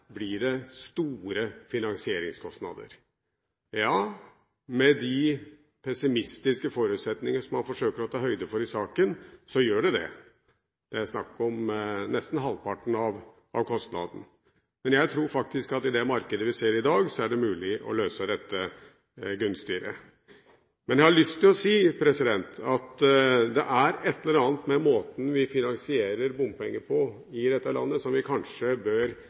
Ja, med de pessimistiske forutsetningene man forsøker å ta høyde for i saken, så gjør det det. Det er snakk om nesten halvparten av kostnaden. Men jeg tror faktisk at i det markedet vi ser i dag, er det mulig å løse dette gunstigere. Jeg har lyst til å si at det er ett eller annet med måten vi finansierer bompenger på i dette landet, som vi kanskje bør